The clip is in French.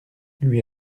lui